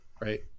right